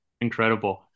Incredible